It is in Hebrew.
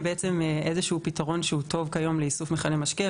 בעצם איזה שהוא פתרון שהוא טוב כיום לאיסוף מכלי משקה.